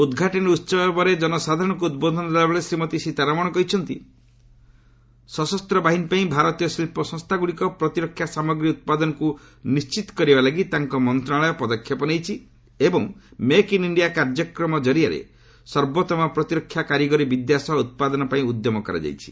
ଉଦ୍ଘାଟନୀ ଉତ୍ସବରେ ଜନସାଧାରଣଙ୍କୁ ଉଦ୍ବୋଧନ ଦେଲାବେଳେ ଶ୍ରୀମତୀ ସୀତାରମଣ କହିଛନ୍ତି ସଶସ୍ତ ବାହିନୀ ପାଇଁ ଭାରତୀୟ ଶିଳ୍ପ ସଂସ୍ଥାଗୁଡିକ ପ୍ରତିରକ୍ଷା ସାମଗ୍ରୀ ଉତ୍ପାଦନକୁ ନିଣ୍ଚିତ କରିବା ଲାଗି ତାଙ୍କ ମନ୍ତ୍ରଣାଳୟ ପଦକ୍ଷେପ ନେଇଛି ଏବଂ ମେକ୍ ଇନ୍ ଇଞ୍ଜିଆ କାର୍ଯ୍ୟକ୍ରମ ଜରିଆରେ ସର୍ବୋଭମ ପ୍ରତିରକ୍ଷା କାରିଗରୀ ବିଦ୍ୟା ସହ ଉତ୍ପାଦନ ପାଇଁ ଉଦ୍ୟମ କରାଯାଇଛି